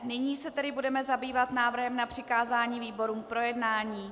Nyní se tedy budeme zabývat návrhem na přikázání výborům k projednání.